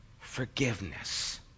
forgiveness